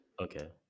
Okay